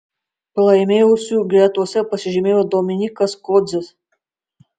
pralaimėjusiųjų gretose pasižymėjo dominykas kodzis